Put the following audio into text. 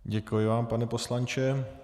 Děkuji vám, pane poslanče.